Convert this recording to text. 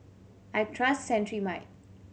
I trust Cetrimide